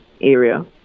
area